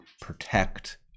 Protect